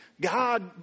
God